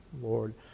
Lord